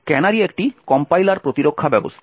canary একটি compiler প্রতিরক্ষা ব্যবস্থা